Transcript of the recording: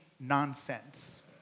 nonsense